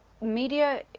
media